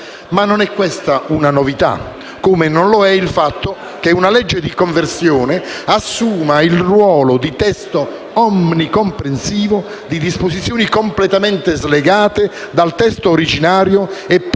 Ma non è questa una novità, come non lo è il fatto che una legge di conversione assuma il ruolo di testo omnicomprensivo di disposizioni completamente slegate dal testo originario e prive